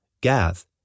Gath